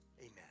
amen